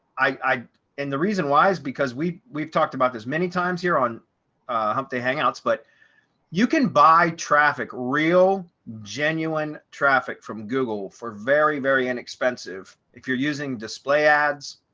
i and the reason why is because we we've talked about this many times here on hump day hangouts. but you can buy traffic real genuine traffic from google for very, very inexpensive if you're using display ads.